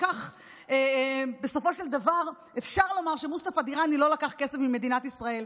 וכך בסופו של דבר אפשר לומר שמוסטפא דיראני לא לקח כסף ממדינת ישראל.